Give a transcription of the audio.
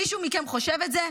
מישהו מכם חושב את זה?